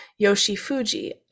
Yoshifuji